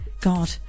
god